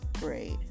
great